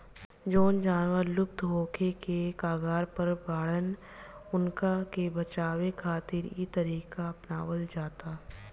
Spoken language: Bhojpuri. जवन जानवर लुप्त होखे के कगार पर बाड़न उनका के बचावे खातिर इ तरीका अपनावल जाता